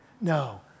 No